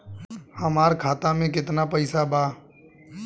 हमार खाता में केतना पैसा बा?